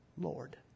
Lord